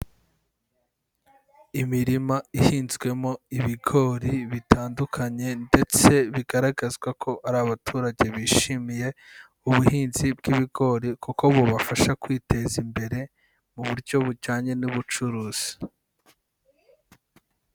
Imirima ihinzwemo ibigori bitandukanye ndetse bigaragazwa ko ari abaturage bishimiye ubuhinzi bw'ibigori kuko bubafasha kwiteza imbere mu buryo bujyanye n'ubucuruzi.